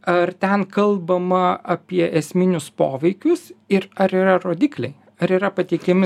ar ten kalbama apie esminius poveikius ir ar yra rodikliai ar yra pateikimi